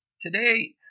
Today